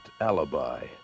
Alibi